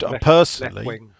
Personally